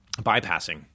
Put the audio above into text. bypassing